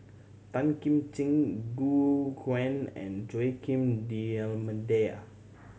Tan Kim Ching Gu Juan and Joaquim D'Almeida